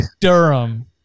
Durham